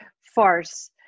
farce